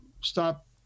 stop